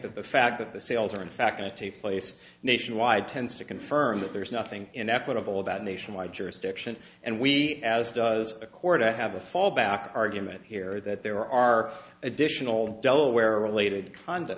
that the fact that the sales are in fact going to take place nationwide tends to confirm that there is nothing in equitable about nationwide jurisdiction and we as does a court to have a fallback argument here that there are additional delaware related con